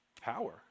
power